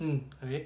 mm okay